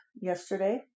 yesterday